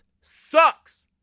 sucks